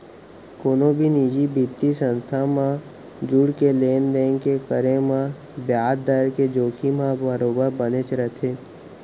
कोनो भी निजी बित्तीय संस्था म जुड़के लेन देन के करे म बियाज दर के जोखिम ह बरोबर बनेच रथे